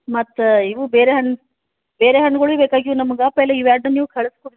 ಮತ್ತು ಇವು ಬೇರೆ ಹಣ್ಣು ಬೇರೆ ಹಣ್ಗಳು ಬೇಕಾಗ್ಯವ ನಮಗೆ ಪೆಹೆಲಾ ಇವೆರ್ಡನ್ನ ನೀವು ಕಳಿಸ್ಕೊಡ್ರಿ